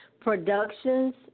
Productions